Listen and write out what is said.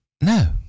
No